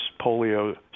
polio